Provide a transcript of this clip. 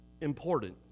important